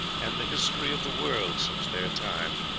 and the history of the world since their time.